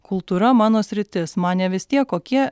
kultūra mano sritis man ne vis tiek kokie